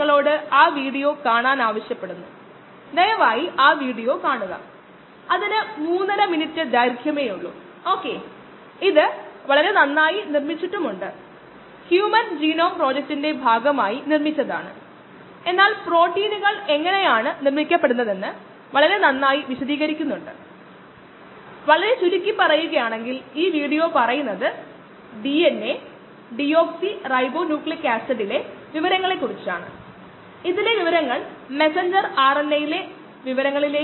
കയ്നെറ്റിക്സിന്റെ കാര്യത്തിൽ biomass substrate സാന്ദ്രത ഉൽപന്ന സാന്ദ്രത എന്നിവയെക്കുറിച്ചുള്ള വിവരങ്ങൾ എത്രത്തോളം നിർണായകമാണെന്ന് നമ്മൾ കണ്ടു അതായത് പ്രസക്തമായ റിയാക്ടറുകളുടെ രൂപകൽപ്പനയിലും